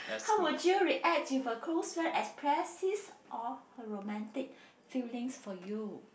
how would you react if a close friend express his or her romantic feelings for you